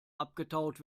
abgetaut